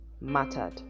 mattered